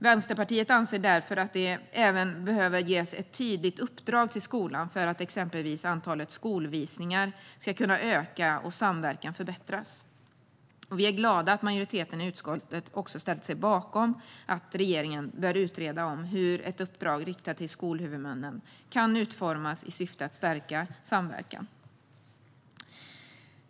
Vänsterpartiet anser därför att det även behöver ges ett tydligt uppdrag till skolan för att exempelvis antalet skolvisningar ska kunna öka och samverkan förbättras. Vi är glada att majoriteten i utskottet ställt sig bakom att regeringen bör utreda hur ett uppdrag riktat till skolhuvudmännen kan utformas i syfte att stärka samverkan.